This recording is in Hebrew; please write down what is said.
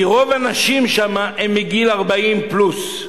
כי רוב האנשים שם בגיל 40 פלוס.